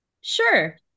Sure